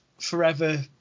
forever